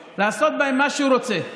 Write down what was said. לעשות בהם מה שהוא רוצה.